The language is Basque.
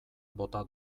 bota